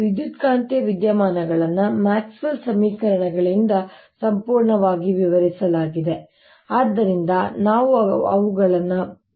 ವಿದ್ಯುತ್ಕಾಂತೀಯ ವಿದ್ಯಮಾನಗಳನ್ನು ಮ್ಯಾಕ್ಸ್ವೆಲ್ನ ಸಮೀಕರಣಗಳಿಂದ ಸಂಪೂರ್ಣವಾಗಿ ವಿವರಿಸಲಾಗಿದೆ ಆದ್ದರಿಂದ ನಾವು ಅವುಗಳನ್ನು ಬರೆಯೋಣ